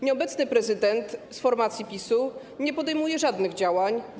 Nieobecny prezydent z formacji PiS-u nie podejmuje żadnych działań.